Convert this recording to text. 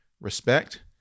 respect